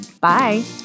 Bye